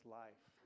life